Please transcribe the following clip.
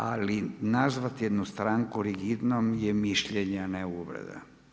Ali nazvati jednu stranku rigidnom je mišljenje, a ne uvreda.